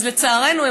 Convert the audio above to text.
אז לצערנו,